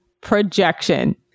projection